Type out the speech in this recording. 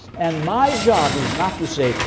and my job is not to say,